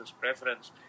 preference